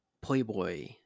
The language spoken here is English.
playboy